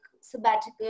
sabbatical